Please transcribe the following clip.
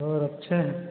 और अच्छे हैं